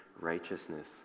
righteousness